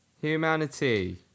Humanity